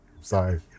sorry